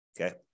okay